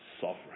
sovereign